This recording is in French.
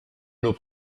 nos